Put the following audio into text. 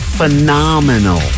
Phenomenal